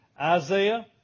Isaiah